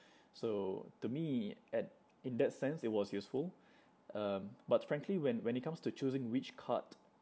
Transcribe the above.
so to me at in that sense it was useful um but frankly when when it comes to choosing which card